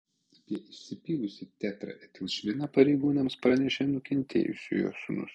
apie išsipylusį tetraetilšviną pareigūnams pranešė nukentėjusiojo sūnus